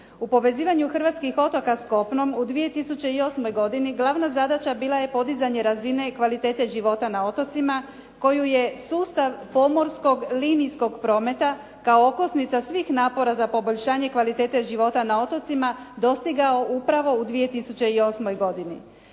U povezivanju hrvatskih otoka s kopnom u 2008. godini glavna zadaća bila je podizanje razine i kvalitete života na otocima koju je sustav pomorskog linijskog prometa kao okosnica svih napora za poboljšanje kvalitete života na otocima dostigao upravo u 2008. godini.